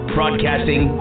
Broadcasting